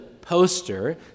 poster